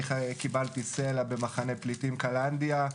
אני קיבלתי סלע במחנה פליטים קלנדיה.